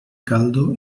caldo